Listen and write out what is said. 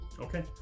Okay